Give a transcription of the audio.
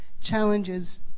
Challenges